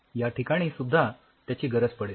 याठिकाणी सुद्धा त्याची गरज पडेल